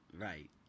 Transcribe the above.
right